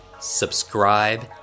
subscribe